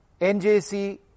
NJC